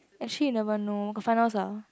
actually you never know got finals ah